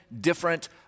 different